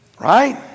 right